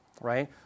right